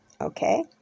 Okay